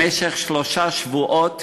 במשך שלושה שבועות